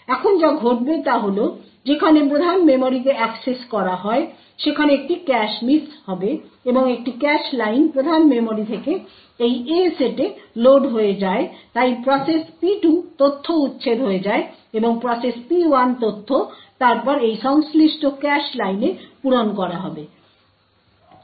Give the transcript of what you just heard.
এখন যা ঘটবে তা হল যেখানে প্রধান মেমরিকে অ্যাক্সেস করা হয় সেখানে একটি ক্যাশ মিস হবে এবং একটি ক্যাশ লাইন প্রধান মেমরি থেকে এই A সেটে লোড হয়ে যায় তাই প্রসেস P2 তথ্য উচ্ছেদ হয়ে যায় এবং প্রসেস P1 তথ্য তারপর সেই সংশ্লিষ্ট ক্যাশ লাইনে পূরণ করা হবে